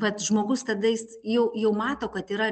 vat žmogus tada jis jau jau mato kad yra